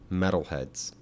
metalheads